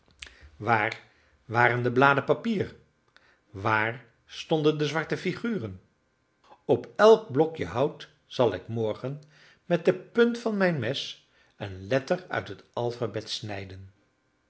waar waren de bladen papier waar stonden de zwarte figuren op elk blokje hout zal ik morgen met de punt van mijn mes een letter uit het alphabet snijden